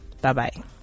Bye-bye